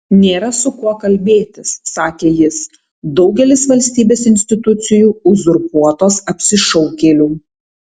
nėra su kuo kalbėtis sakė jis daugelis valstybės institucijų uzurpuotos apsišaukėlių